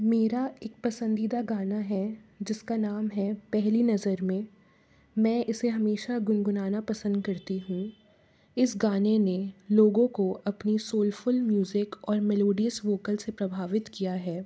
मेरा एक पसंदीदा गाना है जिसका नाम है पहली नज़र में मैं उसे हमेशा गुनगुनाना पसंद करती हूँ इस गाने ने लोगों को अपनी सोलफुल म्यूज़िक और मेलोडियस वोकल से प्रभावित किया है